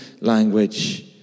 language